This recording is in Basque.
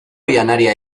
janaria